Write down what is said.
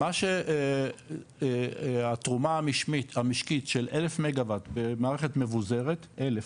מה התרומה המשקית של 1000 מגה וואט במערכת מבוזרת ,